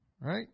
Right